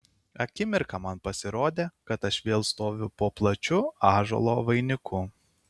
akimirką man pasirodė kad aš vėl stoviu po plačiu ąžuolo vainiku